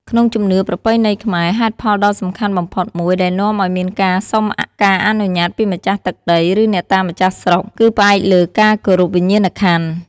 ក្នុងជំនឿប្រពៃណីខ្មែរ ហេតុផលដ៏សំខាន់បំផុតមួយដែលនាំឱ្យមានការសុំការអនុញ្ញាតពីម្ចាស់ទឹកដី ឬអ្នកតាម្ចាស់ស្រុក គឺផ្អែកលើ ការគោរពវិញ្ញាណក្ខន្ធ។